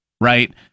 right